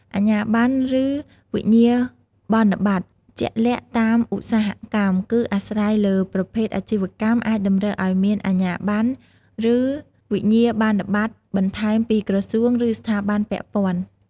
អាជ្ញាប័ណ្ណ ឬវិញ្ញាបនបត្រជាក់លាក់តាមឧស្សាហកម្ម គឺអាស្រ័យលើប្រភេទអាជីវកម្ម អាចតម្រូវឱ្យមានអាជ្ញាប័ណ្ណ ឬវិញ្ញាបនបត្របន្ថែមពីក្រសួង ឬស្ថាប័នពាក់ព័ន្ធ។